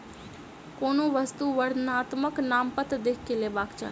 कोनो वस्तु वर्णनात्मक नामपत्र देख के लेबाक चाही